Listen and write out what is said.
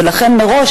הזכאות לבגרות,